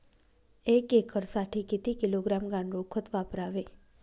एक एकरसाठी किती किलोग्रॅम गांडूळ खत वापरावे?